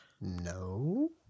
No